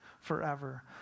forever